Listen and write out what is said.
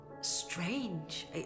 strange